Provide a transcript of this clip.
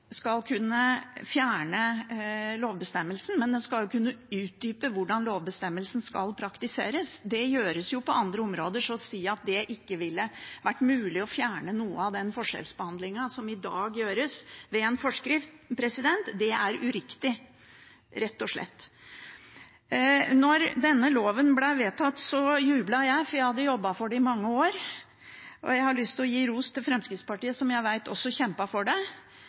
skal kunne fjerne lovbestemmelsen, men den skal kunne utdype hvordan lovbestemmelsen skal praktiseres. Det gjøres på andre områder, så å si at det ikke ville vært mulig å fjerne noe av forskjellsbehandlingen som i dag skjer, ved en forskrift, er rett og slett uriktig. Da denne loven ble vedtatt, jublet jeg, for jeg hadde jobbet for det i mange år. Jeg har lyst til å gi ros til Fremskrittspartiet, som jeg vet også kjempet for det.